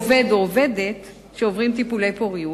עובד או עובדת שעוברים טיפולי פוריות,